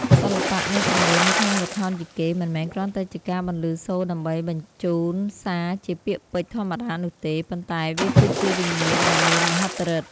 សិល្បៈនៃសំឡេងនៅក្នុងល្ខោនយីកេ មិនមែនគ្រាន់តែជាការបន្លឺសូរដើម្បីបញ្ជូនសារជាពាក្យពេចន៍ធម្មតានោះទេ ប៉ុន្តែវាគឺជាវិញ្ញាណដ៏មានមហិទ្ធិឫទ្ធិ។